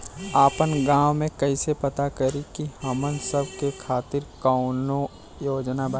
आपन गाँव म कइसे पता करि की हमन सब के खातिर कौनो योजना बा का?